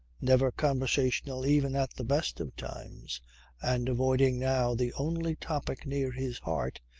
never conversational even at the best of times and avoiding now the only topic near his heart,